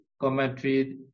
commentary